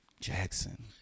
Jackson